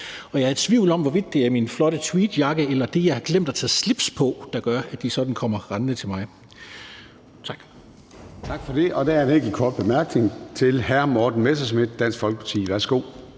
Jeg er i tvivl om, hvorvidt det er min flotte tweedjakke eller det, at jeg har glemt at tage slips på, der gør, at de sådan kommer rendende til mig. Tak. Kl. 14:16 Formanden (Søren Gade): Tak for det. Der er en enkelt kort bemærkning fra hr. Morten Messerschmidt, Dansk Folkeparti. Værsgo.